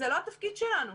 זה לא התפקיד שלנו.